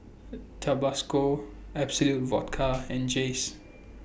Tabasco Absolut Vodka and Jays